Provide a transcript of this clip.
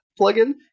plugin